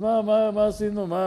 חירום מפחיתים כל הזמן את הכמויות,